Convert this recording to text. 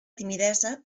timidesa